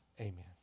Amen